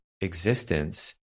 existence